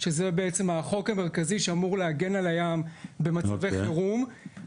שזה בעצם החוק המרכזי שאמור להגן על הים במצבי חירום,